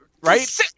Right